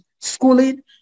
schooling